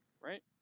right